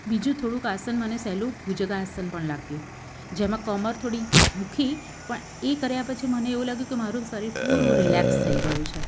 બીજું થોડુંક આસન મને સહેલું ભુજંગ આસન પણ લાગ્યું જેમાં કમર થોડી દુખી પણ એ કર્યા પછી મને એવું લાગ્યું કે મારું શરીર પૂરું રિલેક્સ થઈ ગયું છે